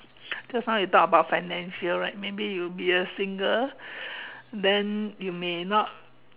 just now you talk about financial right maybe you'll be a single then you may not